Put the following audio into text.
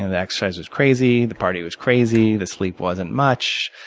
and the exercise was crazy. the partying was crazy. the sleep wasn't much.